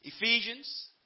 Ephesians